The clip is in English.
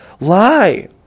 lie